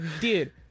dude